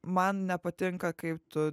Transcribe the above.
man nepatinka kaip tu